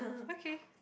okay